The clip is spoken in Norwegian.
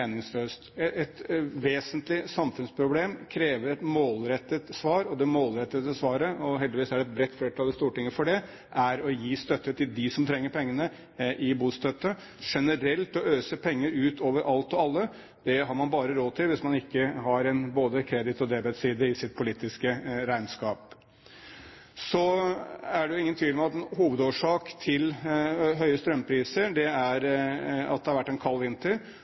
et bredt flertall i Stortinget for det – er å gi støtte til dem som trenger pengene, i form av bostøtte. Generelt å øse penger ut over alt og alle har man bare råd til hvis man ikke har både en debet- og en kreditside i sitt politiske regnskap. Så er det ingen tvil om at en hovedårsak til høye strømpriser er at det har vært en